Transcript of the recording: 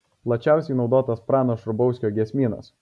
plačiausiai naudotas prano šrubauskio giesmynas